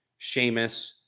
Seamus